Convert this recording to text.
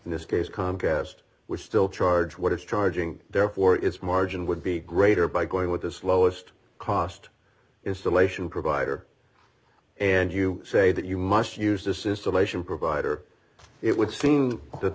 in this case comcast which still charge what it's charging therefore it's margin would be greater by going with this lowest cost is still a shoe provider and you say that you must use this is solution provider it would seem that